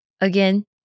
Again